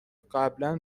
قبلا